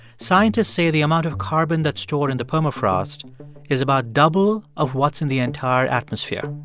scientists say the amount of carbon that's stored in the permafrost is about double of what's in the entire atmosphere.